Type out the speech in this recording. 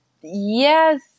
Yes